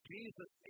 Jesus